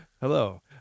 hello